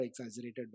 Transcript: exaggerated